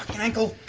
ankle.